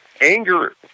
Anger